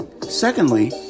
Secondly